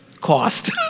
cost